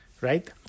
Right